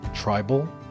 tribal